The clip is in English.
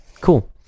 cool